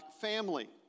family